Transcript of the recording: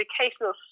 educational